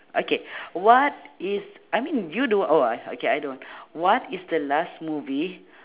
okay what is I mean do you do~ uh okay I don't what is the last movie